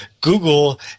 Google